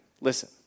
Listen